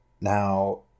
Now